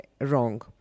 wrong